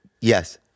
Yes